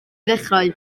ddechrau